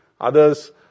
Others